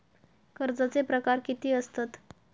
कर्जाचे प्रकार कीती असतत?